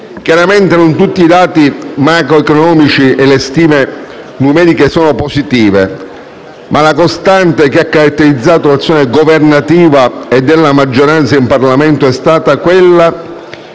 Chiaramente, non tutti i dati macroeconomici e le stime numeriche sono positivi, ma la costante che ha caratterizzato l'azione governativa e della maggioranza in Parlamento è stata quella